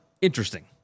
interesting